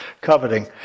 coveting